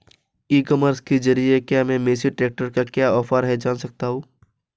ई commerce के ज़रिए क्या मैं मेसी ट्रैक्टर का क्या ऑफर है जान सकता हूँ?